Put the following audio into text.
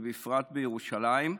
ובפרט לירושלים.